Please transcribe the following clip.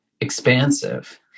expansive